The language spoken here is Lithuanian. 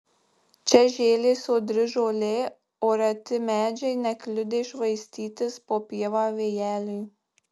čia žėlė sodri žolė o reti medžiai nekliudė švaistytis po pievą vėjeliui